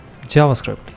JavaScript